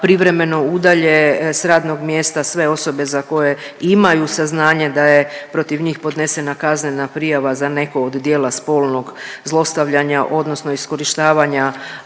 privremeno udalje s radnog mjesta sve osobe za koje imaju saznanje da je protiv njih podnesena kaznena prijava za neku od djela spolnog zlostavljanja odnosno iskorištavanja